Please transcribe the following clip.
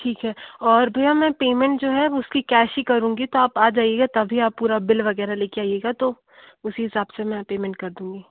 ठीक है और भैया मैं पेमेंट जो है उसकी कैश ही करूँगी तो आप आ जाइएगा तभी आप पूरा बिल वग़ैरह ले कर आएगा तो उसी हिसाब से मैं पेमेंट कर दूँगी